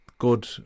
good